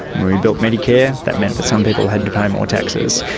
when we built medicare, that meant that some people had to pay more taxes.